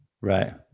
right